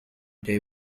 they